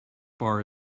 bar